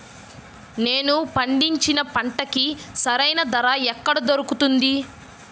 నేను పండించిన పంటకి సరైన ధర ఎక్కడ దొరుకుతుంది?